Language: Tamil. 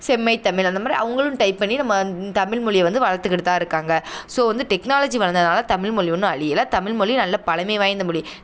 செம்மை தமிழ் அந்தமாதிரி அவங்களும் டைப் பண்ணி நம்ம தமிழ் மொழிய வந்து வளர்த்துக்கிட்டு தான் இருக்காங்க ஸோ வந்து டெக்னாலஜி வளர்ந்ததுனால தமிழ் மொழி ஒன்றும் அழியல தமிழ் மொழி நல்ல பழமை வாய்ந்த மொழி